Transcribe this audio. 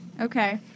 Okay